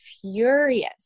furious